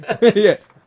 Yes